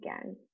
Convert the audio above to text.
again